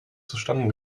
zustande